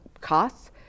costs